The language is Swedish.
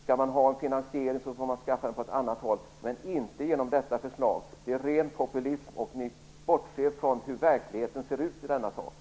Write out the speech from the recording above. Om man vill ha finansiering får man skaffa den på annat håll, men inte genom detta förslag. Detta är ren populism. Folkpartiet bortser från hur verkligheten ser ut på detta område.